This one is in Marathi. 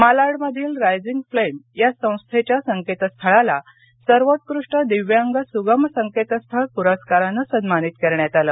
मालाडमधील रायर्जींग फ्लेम या संस्थेच्या संकेतस्थळाला सर्वोत्कृष्ट दिव्यांग सुगम संकेतस्थळ पुरस्काराने सन्मानित करण्यात आले